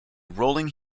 rolling